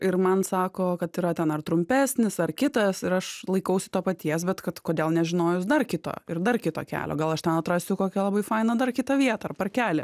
ir man sako kad yra ten ar trumpesnis ar kitas ir aš laikausi to paties bet kad kodėl nežinojus dar kito ir dar kito kelio gal aš ten atrasiu kokią labai fainą dar kitą vietą ar parkelį